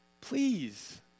Please